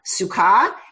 sukkah